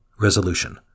Resolution